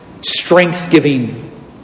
strength-giving